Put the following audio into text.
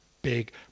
big